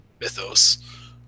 mythos